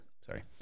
Sorry